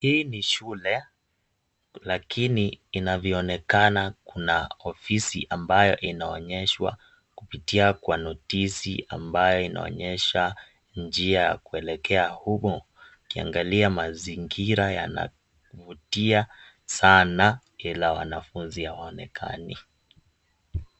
Hii ni shule, lakini inavyoonekana kuna ofisi ambayo inaonyeshwa kupitia kwa notisi ambayo inaonyesha njia ya kuelekea humo ukiangalia mazingira yanavutia sana ila wanafunzi hawaonekani.